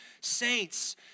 Saints